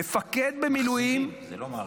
מפקד במילואים --- מחזירים,